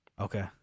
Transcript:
Okay